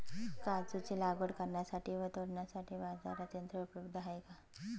काजूची लागवड करण्यासाठी व तोडण्यासाठी बाजारात यंत्र उपलब्ध आहे का?